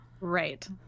right